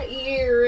ear